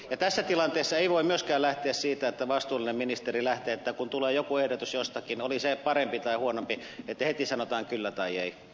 ja tässä tilanteessa ei voi myöskään lähteä siitä että vastuullinen ministeri kun tulee joku ehdotus jostakin oli se parempi tai huonompi heti sanoo kyllä tai ei